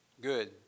good